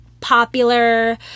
popular